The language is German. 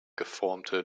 geformte